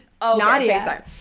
Nadia